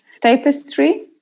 tapestry